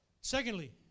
Secondly